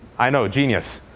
i know, genius.